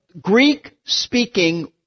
Greek-speaking